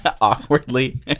awkwardly